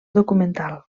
documental